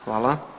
Hvala.